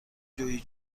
جویی